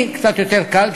לי קצת יותר קל,